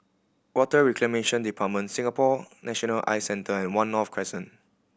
Water Reclamation Department Singapore National Eye Centre and One North Crescent